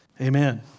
Amen